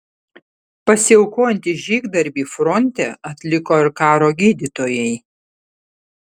pasiaukojantį žygdarbį fronte atliko ir karo gydytojai